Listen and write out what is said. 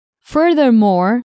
Furthermore